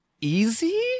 easy